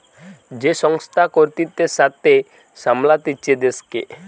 যে সংস্থা কর্তৃত্বের সাথে সামলাতিছে দেশকে